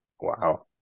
wow